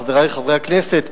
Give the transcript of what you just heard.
חברי חברי הכנסת,